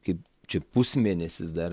kai čia pusmėnesis dar